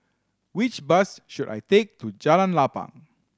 which bus should I take to Jalan Lapang